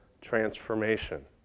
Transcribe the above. transformation